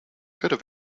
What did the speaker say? could